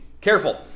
Careful